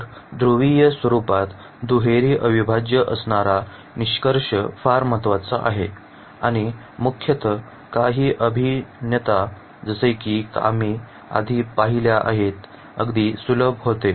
तर ध्रुवीय स्वरुपात दुहेरी अविभाज्य असणारा निष्कर्ष फार महत्वाचा आहे आणि मुख्यतः काही अभिन्नता जसे की आम्ही आधी पाहिल्या आहेत अगदी सुलभ होते